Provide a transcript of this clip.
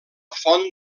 font